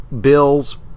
bills